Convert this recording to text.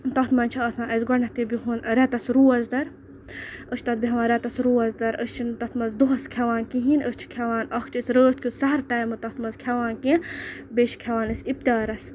تَتھ منٛز چھِ آسان اَسہِ گۄڈنٮ۪تھٕے بِہُن رٮ۪تَس روزدَر أسۍ چھِ تَتھ بیٚہوان رٮ۪تَس روزدَر أسۍ چھِنہٕ تَتھ منٛز دۄہَس کھٮ۪وان کِہیٖنۍ أسۍ چھِ کھٮ۪وان اَکھتُے أسۍ رٲتھ کیُتھ سہر ٹایمہٕ تَتھ منٛز کھٮ۪وان کینٛہہ بیٚیہِ چھِ کھٮ۪وان أسۍ اِفطارس